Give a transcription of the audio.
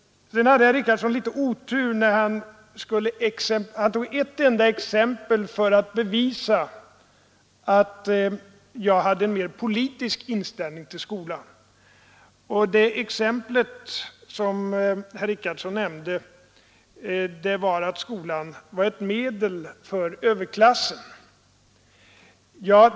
Sedan hade herr Richardson litet otur när han tog ett enda exempel för att bevisa att jag hade en mer politisk inställning till skolan. Det exempel som herr Richardson nämnde gick ut på att skolan var ett medel för överklassen.